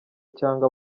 cyangwa